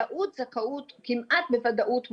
כמעט בוודאות מוחלטת,